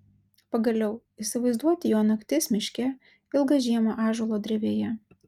pagaliau įsivaizduoti jo naktis miške ilgą žiemą ąžuolo drevėje